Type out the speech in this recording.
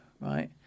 Right